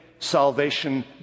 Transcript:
salvation